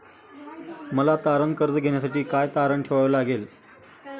मला तारण कर्ज घेण्यासाठी काय तारण ठेवावे लागेल?